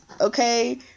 okay